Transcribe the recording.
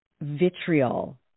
vitriol